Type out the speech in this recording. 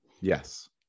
Yes